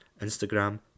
Instagram